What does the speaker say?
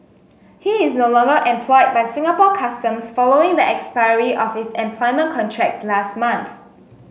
he is no longer employed by Singapore Customs following the expiry of his employment contract last month